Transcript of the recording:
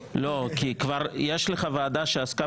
לפי המלצת הלשכה